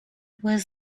was